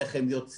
איך הם יוצאים,